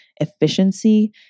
efficiency